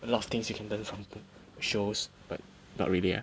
a lot of things you can learn from shows but not really ah